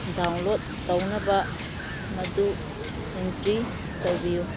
download ꯇꯧꯅꯕ ꯃꯗꯨ entry ꯇꯧꯕꯤꯌꯨ